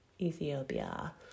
Ethiopia